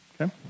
okay